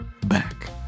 back